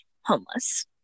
homeless